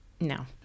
No